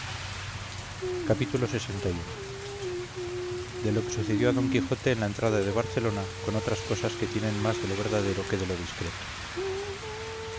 capítulo lxi de lo que le sucedió a don quijote en la entrada de barcelona con otras cosas que tienen más de lo verdadero que de lo discreto